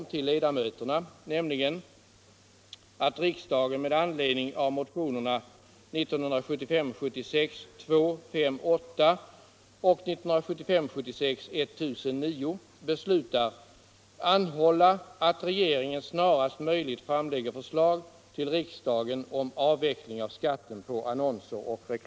Det finns utan tvivel andra möjligheter att finansiera det så betydelsefulla presstödet.